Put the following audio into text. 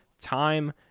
time